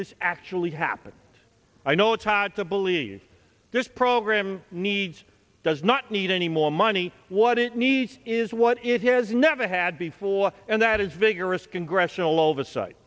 this actually happened i know it's hard to believe this program needs does not need any more money what it needs is what it has never had before and that is vigorous congressional oversight